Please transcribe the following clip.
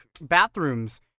bathrooms